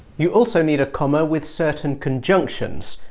you also need a comma with certain conjunctions,